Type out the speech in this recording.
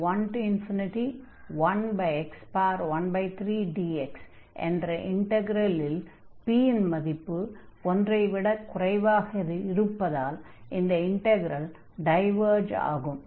11x13dx என்ற இன்டக்ரலில் p இன் மதிப்பு ஒன்றை விடக் குறைவாக இருப்பதால் இந்த இன்டக்ரல் டைவர்ஜ் ஆகும்